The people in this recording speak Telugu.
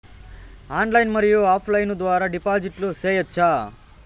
ఆన్లైన్ మరియు ఆఫ్ లైను ద్వారా డిపాజిట్లు సేయొచ్చా?